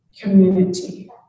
community